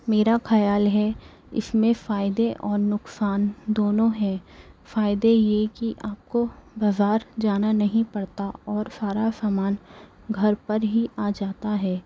میرا خیال ہے اس میں فائدے اور نقصان دونوں ہیں فائدے یہ کہ آپ کو بازار جانا نہیں پڑتا اور سارا سامان گھر پر ہی آ جاتا ہے